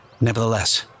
Nevertheless